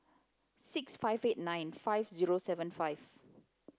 six five eight nine five zero seven five